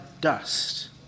dust